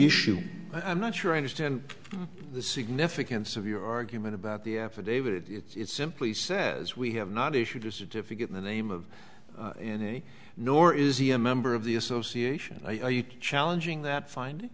issue i'm not sure i understand the significance of your argument about the affidavit it's simply says we have not issued a certificate in the name of and nor is he a member of the association challenging that fin